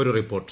ഒരു റിപ്പോർട്ട്